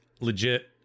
legit